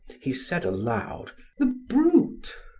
he said aloud the brute!